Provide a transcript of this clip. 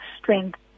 strength